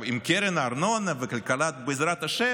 עם קרן הארנונה וכלכלת בעזרת השם,